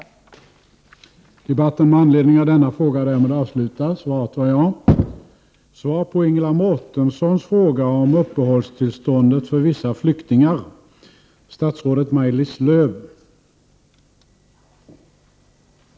det för vissa flyktingar